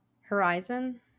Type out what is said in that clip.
Horizon